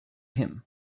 him